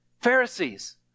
Pharisees